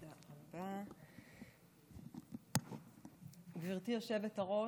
גברתי היושבת-ראש,